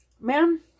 ma'am